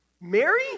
Mary